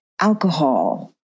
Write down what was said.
alcohol